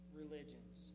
religions